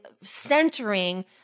centering